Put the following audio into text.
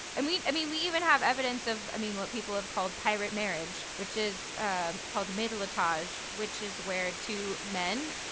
and we, i mean, we even have evidence of what people have called pirate marriage, which is ah called matelotage, which is where two men,